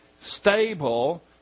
stable